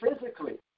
physically